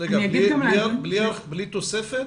בלי תוספת?